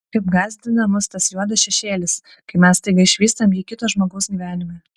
kaip gąsdina mus tas juodas šešėlis kai mes staiga išvystam jį kito žmogaus gyvenime